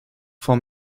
for